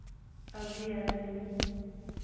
अभी आ रही हूँ